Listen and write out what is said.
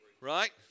Right